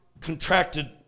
contracted